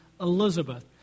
Elizabeth